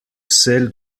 celle